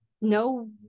no